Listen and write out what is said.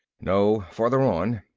no. farther on,